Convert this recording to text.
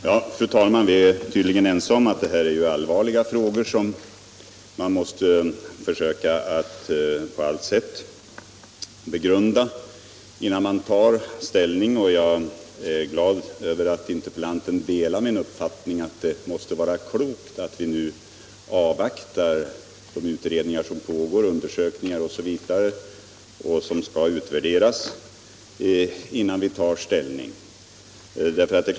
Fru talman! Vi är tydligen överens om att det gäller allvarliga frågor som man måste försöka på allt sätt begrunda innan man tar ställning. Jag är glad över att interpellanten delar min uppfattning att det måste vara klokt att nu avvakta pågående utredningar och undersökningar, som också skall utvärderas innan vi tar ställning.